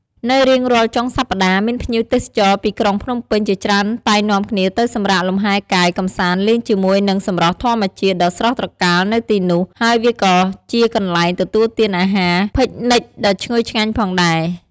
នៅរៀងរាល់ចុងសប្ដាហ៍មានភ្ញៀវទេសចរណ៍ពីក្រុងភ្នំពេញជាច្រើនតែង នាំគ្នាទៅសម្រាកលំហែរកាយកម្សាន្តលេងជាមួយនឹងសម្រស់ធម្មជាតិដ៏ស្រស់ត្រកាលនៅទីនោះ ហើយវាក៏ជាកន្លែងទទួលទានអាហារភិកនីកដ៏ឈ្ងុយឆ្ងាញ់ផងដែរ។